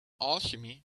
alchemy